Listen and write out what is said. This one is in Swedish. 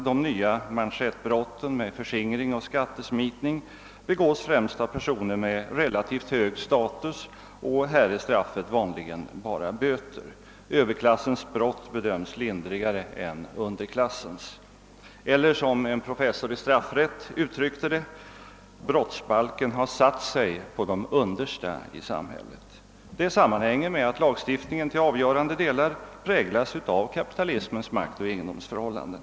De nya manschettbrotten som förskingring och skattesmitning begås däremot främst av personer med relativt hög status, och straffet är här vanligen böter. Överklassens brott bedöms lindrigare än underklassens — eller som en professor i straffrätt uttryckt det: Brottsbalken har satt sig på de understa i samhället. Det sammanhänger med att lagstiftningen till avgörande delar präglas av kapitalismens maktoch egendomsförhållanden.